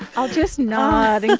i'll just nod and